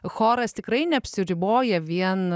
choras tikrai neapsiriboja vien